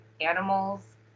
animals